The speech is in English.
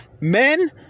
men